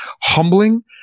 humbling